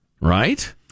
right